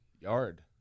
yard